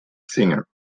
singer